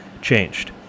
changed